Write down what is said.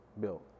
built